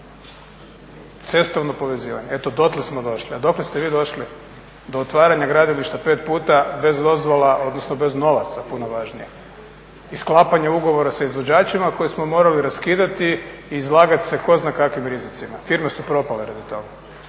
cestovno povezivanje, eto dotle smo došli. A dokle ste vi došli? Do otvaranja gradilišta pet puta bez dozvola, odnosno bez novaca puno važnije i sklapanje ugovora sa izvođačima koje smo morali raskidati i izlagati se tko zna kakvim rizicima. Firme su propale radi toga.